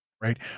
right